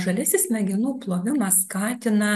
žaliasis smegenų plovimas skatina